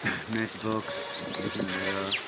match बक्सदेखि लिएर